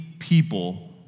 people